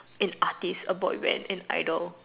an artist a boy band an idol